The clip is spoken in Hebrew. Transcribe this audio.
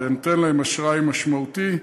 וזה נותן להם אשראי משמעותי.